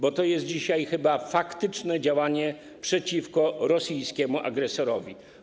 Bo to jest dzisiaj chyba faktyczne działanie przeciwko rosyjskiemu agresorowi.